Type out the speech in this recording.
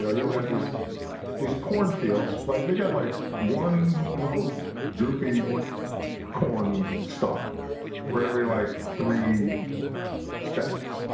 and you'll have these these cornfields. like they got like one little droopy cornstalk for every like three steps.